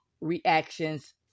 reactions